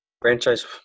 Franchise